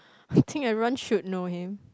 I think everyone should know him